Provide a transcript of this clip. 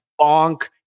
Bonk